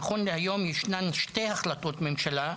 נכון להיום ישנן שתי החלטות ממשלה,